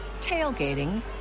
tailgating